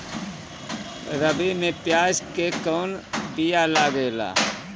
रबी में प्याज के कौन बीया लागेला?